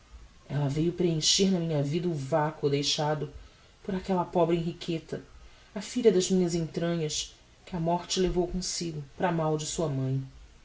ella veiu preencher na minha vida o vacuo deixado por aquella pobre henriqueta a filha das minhas entranhas que a morte levou comsigno para mal de sua mãe